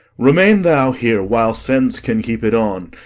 remain thou here while sense can keep it on.